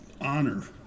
honor